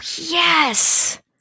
yes